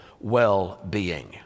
well-being